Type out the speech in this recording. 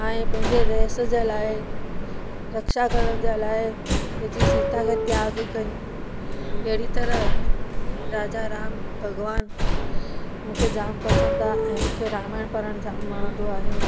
हाणे पंहिंजे रहस्य जे लाइ रक्षा करण जे लाइ पंहिंजी सीता खे त्याग कई अहिड़ी तरहि राजा राम भॻिवानु मूंखे जाम पसंदि ऐं मूंखे रामायण पढ़णु जाम वणंदो आहे